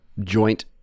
joint